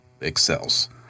excels